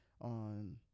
on